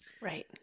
right